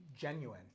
genuine